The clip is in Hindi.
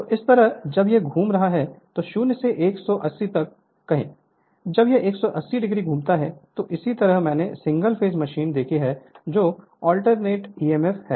तो इस तरह जब यह घूम रहा है तो 0 से 180 तक कहें जब यह 180 घूमता है या इसी तरह मैंने सिंगल फेज मशीन देखी है जो अल्टरनेट ईएमएफ है